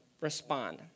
respond